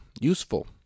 useful